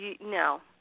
no